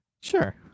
Sure